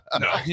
no